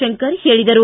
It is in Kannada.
ತಂಕರ್ ಹೇಳಿದರು